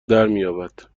درمیابد